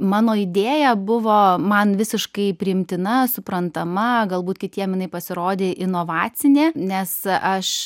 mano idėja buvo man visiškai priimtina suprantama galbūt kitiem jinai pasirodė inovacinė nes aš